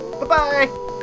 Bye-bye